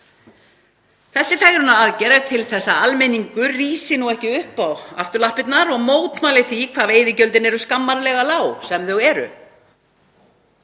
Þessi fegrunaraðgerð er til þess að almenningur rísi ekki upp á afturlappirnar og mótmæli því hvað veiðigjöldin eru skammarlega lág, sem þau eru.